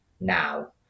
now